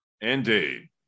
Indeed